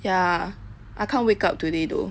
ya I can't wake up today though